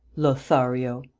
lothario?